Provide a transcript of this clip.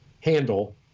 handle